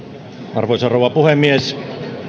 arvoisa rouva puhemies